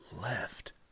left